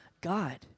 God